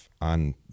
on